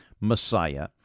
Messiah